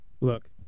Look